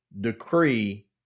decree